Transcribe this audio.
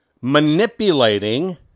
manipulating